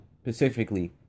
specifically